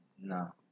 No